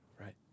right